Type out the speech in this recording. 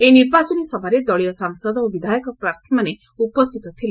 ଏହି ନିର୍ବାଚନୀ ସଭାରେ ଦଳୀୟ ସାଂସଦ ଓ ବିଧାୟକ ପ୍ରାର୍ଥୀମାନେ ଉପସ୍ଥିତ ଥିଲେ